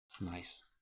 Nice